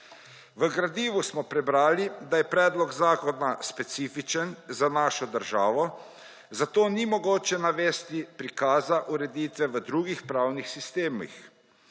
V gradivu smo prebrali, da je predlog zakona specifičen za našo državo, zato ni mogoče navesti prikaza ureditve v drugih pravnih sistemih.